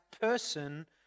person